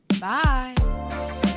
Bye